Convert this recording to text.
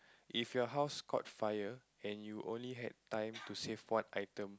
if your house caught fire and you only had time to save one item